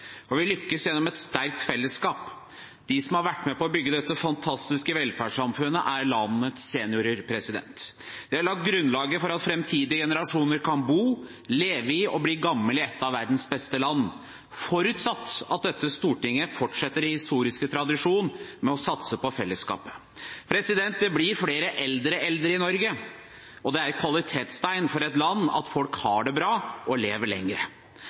og vi lykkes gjennom et sterkt fellesskap. De som har vært med på å bygge dette fantastiske velferdssamfunnet, er landets seniorer. De har lagt grunnlaget for at framtidige generasjoner kan bo i, leve i og bli gamle i et av verdens beste land – forutsatt at dette stortinget fortsetter sin historiske tradisjon med å satse på fellesskapet. Det blir flere eldre eldre i Norge, og det er et kvalitetstegn for et land at folk har det bra og lever